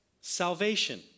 salvation